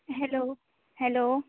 hello hello